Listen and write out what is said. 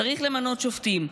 צריך למנות שופטים.